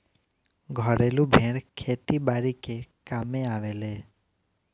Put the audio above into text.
घरेलु भेड़ खेती बारी के कामे आवेले